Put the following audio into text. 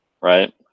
right